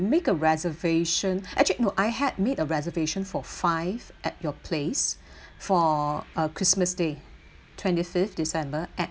make a reservation actually no I had made a reservation for five at your place for uh christmas day twenty fifth december at